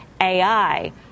AI